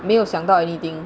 没有想到 anything